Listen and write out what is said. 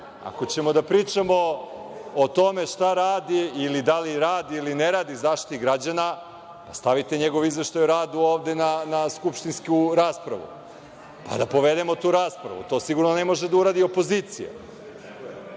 Ako ćemo da pričamo o tome šta radi ili da li radi ili ne radi Zaštitnik građana, stavite njegov izveštaj o radu ovde na skupštinsku raspravu, pa da povedemo tu raspravu. To sigurno ne može da uradi opozicija. Znači,